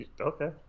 Okay